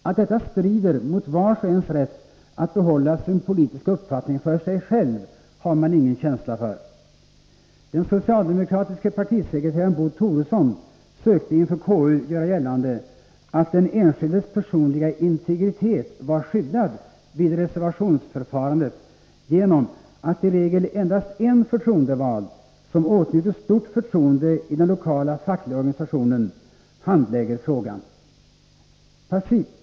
Att detta strider mot vars och ens rätt att behålla sin politiska uppfattning för sig själv, har man ingen känsla för. Den socialdemokratiske partisekreteraren Bo Toresson sökte inför KU göra gällande, att den enskildes personliga integritet var skyddad vid reservationsförfarandet genom att i regel endast en förtroendevald, som åtnjuter stort förtroende i den lokala fackliga organisationen, handlägger frågan.